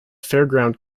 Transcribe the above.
fairground